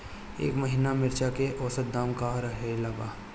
एह महीना मिर्चा के औसत दाम का रहल बा?